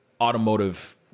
automotive